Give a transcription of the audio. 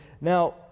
Now